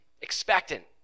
expectant